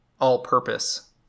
all-purpose